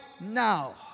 now